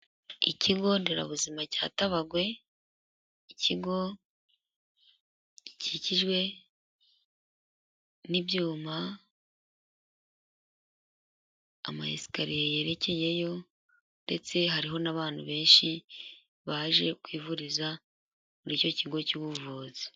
Ikigo nderabuzima cya Tabagwe, ikigo gikikijwe n'ibyuma, amayesikariye yerekeyeyo ndetse hariho n'abantu benshi baje kwivuriza muri icyo kigo cy'ubuvuzi.